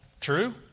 True